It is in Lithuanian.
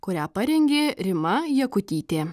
kurią parengė rima jakutytė